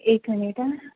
एक मिनिट हां